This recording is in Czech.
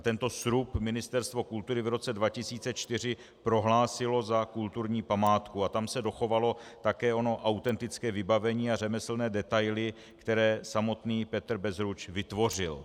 Tento srub Ministerstvo kultury v roce 2004 prohlásilo za kulturní památku a tam se dochovalo také ono autentické vybavení a řemeslné detaily, které samotný Petr Bezruč vytvořil.